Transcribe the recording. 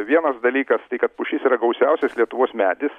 vienas dalykas tai kad pušis yra gausiausias lietuvos medis